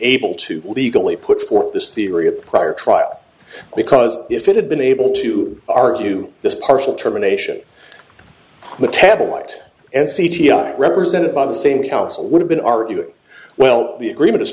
able to legally put forth this theory a prior trial because if it had been able to argue this partial terminations metabolite and c g i represented by the same counsel would have been arguing well the agreement